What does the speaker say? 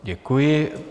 Děkuji.